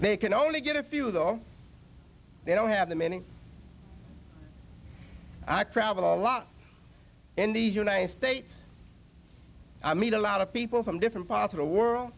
they can only get a few though they don't have the many i travel a lot in the united states i meet a lot of people from different parts of the world